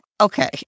okay